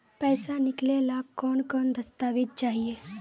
पैसा निकले ला कौन कौन दस्तावेज चाहिए?